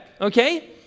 Okay